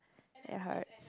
it hurts